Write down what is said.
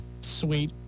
Sweet